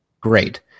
great